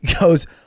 goes